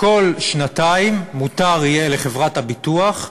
כל שנתיים מותר יהיה לחברת הביטוח,